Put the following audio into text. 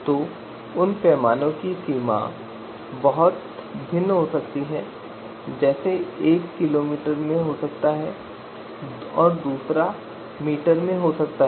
तो उन पैमानों की सीमा बहुत भिन्न हो सकती है जैसे एक किलोमीटर में हो सकता है और दूसरा मीटर में हो सकता है